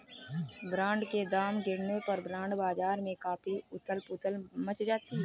bond के दाम गिरने पर बॉन्ड बाजार में काफी उथल पुथल मच जाती है